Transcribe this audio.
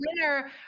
winner